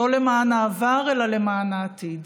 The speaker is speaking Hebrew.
לא למען העבר אלא למען העתיד.